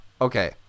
Okay